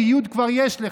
כי יו"ד כבר יש לך,